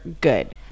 good